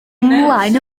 ymlaen